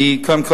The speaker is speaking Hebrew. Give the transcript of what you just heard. קודם כול,